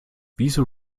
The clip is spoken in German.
wieso